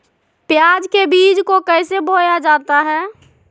प्याज के बीज को कैसे बोया जाता है?